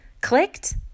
clicked